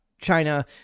China